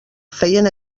feien